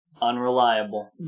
Unreliable